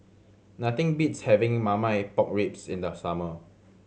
nothing beats having Marmite Pork Ribs in the summer